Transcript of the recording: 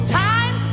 time